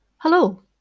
Hello